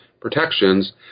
protections